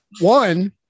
one